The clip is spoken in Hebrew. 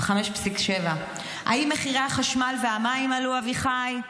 5.7%. האם מחירי החשמל והמים עלו, אביחי?